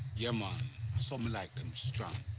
yeah, man. so me like them strong,